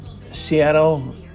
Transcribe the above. Seattle